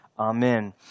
Amen